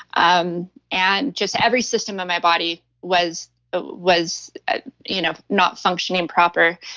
um and just every system in my body was ah was ah you know not functioning proper.